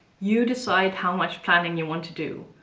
you decide how much planning you want to do,